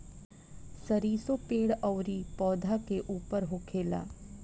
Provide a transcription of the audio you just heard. सरीसो पेड़ अउरी पौधा के ऊपर होखेला